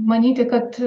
manyti kad